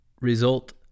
result